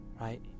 Right